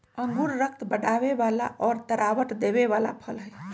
अंगूर रक्त बढ़ावे वाला और तरावट देवे वाला फल हई